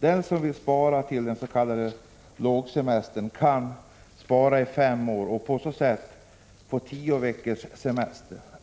Den som vill spara till en s.k. långsemester kan spara i fem år och på så sätt få tio veckors semester.